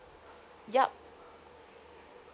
yup